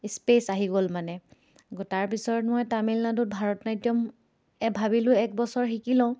space আহি গ'ল মানে তাৰপিছত মই তামিলনাডুত ভাৰতনাট্যম এ ভাবিলোঁ এক বছৰ শিকি লওঁ